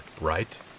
right